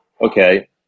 okay